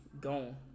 Gone